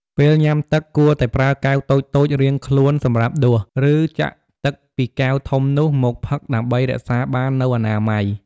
ពេលញ៊ាំទឹកគួរតែប្រើកែវតូចៗរៀងខ្លួនសម្រាប់ដួស ឬចាក់ទឹកពីកែវធំនោះមកផឹកដើម្បីរក្សាបាននូវអនាម័យ។